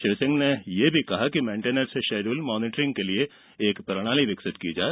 श्री सिंह ने कहा कि मेन्टेनेंस शिडयूल मॉनीटरिंग के लिये एक प्रणाली विकसित की जाये